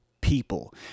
people